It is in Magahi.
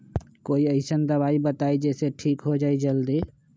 कोई अईसन दवाई बताई जे से ठीक हो जई जल्दी?